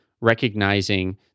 recognizing